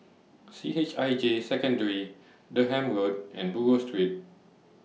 C H I J Secondary Durham Road and Buroh Street